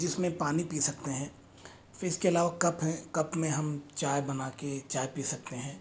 जिसमें पानी पी सकते हैं फिर इसके अलावा कप हैं कप में हम चाय बनाके चाय पी सकते हैं